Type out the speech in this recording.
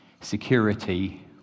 security